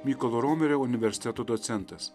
mykolo romerio universiteto docentas